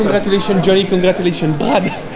ellucian johnny congratulation bobby.